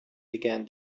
began